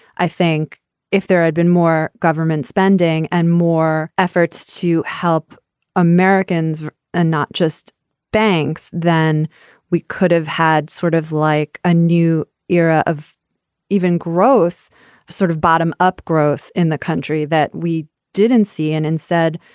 i think if there had been more government spending and more efforts to help americans and not just banks, then we could have had sort of like a new era of even growth sort of bottom up growth in the country that we didn't see and and said,